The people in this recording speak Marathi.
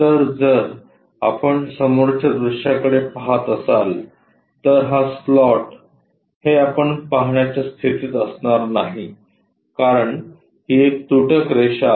तर जर आपण समोरच्या दृश्याकडे पाहत असाल तर हा स्लॉट हे आपण पाहण्याच्या स्थितीत असणार नाही कारण ही एक तुटक रेषा आहे